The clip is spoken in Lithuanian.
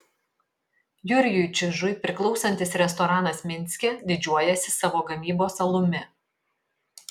jurijui čižui priklausantis restoranas minske didžiuojasi savo gamybos alumi